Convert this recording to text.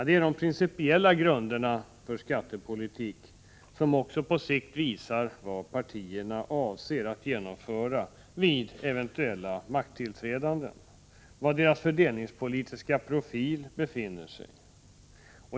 Det är de principiella grunderna för skattepolitiken som också på sikt visar vad partierna avser att genomföra vid ett eventuellt makttillträdande och var deras fördelningspolitiska profil befinner sig.